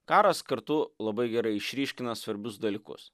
karas kartu labai gerai išryškina svarbius dalykus